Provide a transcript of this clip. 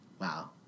Wow